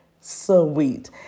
sweet